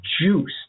juice